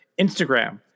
Instagram